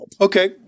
Okay